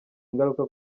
ingaruka